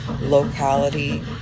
locality